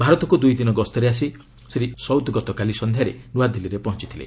ଭାରତକୁ ଦୁଇ ଦିନିଆ ଗସ୍ତରେ ଆସି ଶ୍ରୀ ଅଲସୌଦ୍ ଗତକାଲି ସନ୍ଧ୍ୟାରେ ନୂଆଦିଲ୍ଲୀରେ ପହଞ୍ଚଥିଲେ